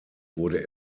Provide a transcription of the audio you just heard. wurde